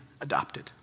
adopted